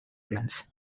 plants